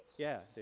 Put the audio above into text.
yeah dude.